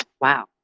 wow